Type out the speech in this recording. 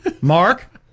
Mark